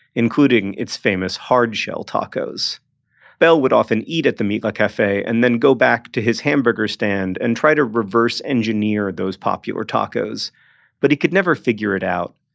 including its famous hard-shell tacos bell would often eat at the mitla care and then go back to his hamburger stand and try to reverse engineer those popular tacos but he could never figure it out.